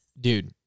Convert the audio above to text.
dude